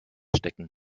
stecken